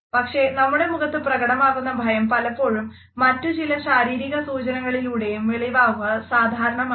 പക്ഷെ നമ്മുടെ മുഖത്ത് പ്രകടമാകുന്ന ഭയം പലപ്പോഴും മറ്റു ചില ശാരീരിക സൂചനകളിലൂടെയും വെളിവാവുക സാധാരണമാണ്